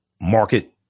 market